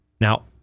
Now